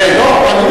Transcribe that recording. כל אחד, כן, בהחלט.